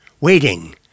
waiting